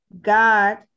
God